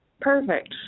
Perfect